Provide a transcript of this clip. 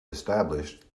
established